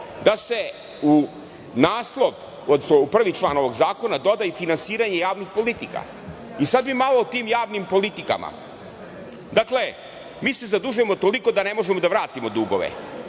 da se u prvi član ovog zakona doda – i finansiranje javnih politika. Sada bih malo o tim javnim politikama. Dakle, mi se zadužujemo toliko da ne možemo da vratimo dugove.